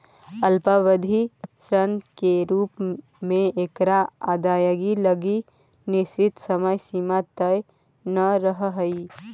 अल्पावधि ऋण के रूप में एकर अदायगी लगी निश्चित समय सीमा तय न रहऽ हइ